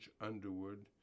Underwood